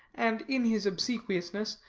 and, in his obsequiousness,